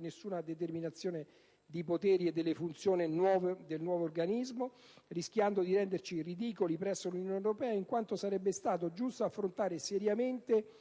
nessuna determinazione dei poteri e delle funzioni del nuovo organismo, rischiando di renderci ridicoli presso l'Unione europea, in quanto sarebbe stato giusto affrontare seriamente